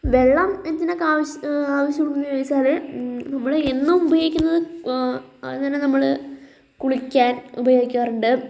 വെള്ളം എന്തിനൊക്കെ ആവശ്യം ആവശ്യമുണ്ടെന്ന് ചോദിച്ചാൽ ഇവിടെ എന്നും ഉപയോഗിക്കുന്നത് അങ്ങനെ നമ്മൾ കുളിക്കാൻ ഉപയോഗിക്കാറുണ്ട്